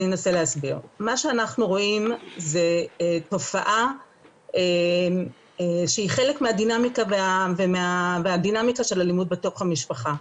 מה שאנחנו רואים זה תופעה שהיא חלק מהדינמיקה של אלימות בתוך המשפחה.